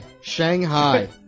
Shanghai